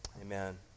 amen